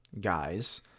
guys